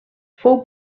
fou